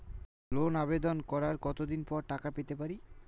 লোনের আবেদন করার কত দিন পরে টাকা পেতে পারি?